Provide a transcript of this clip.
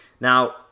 Now